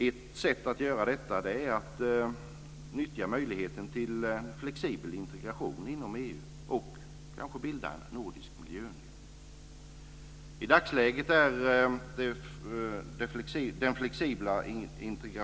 Ett sätt att göra detta är att nyttja möjligheten till flexibel integration inom EU och kanske bilda en nordisk miljöunion.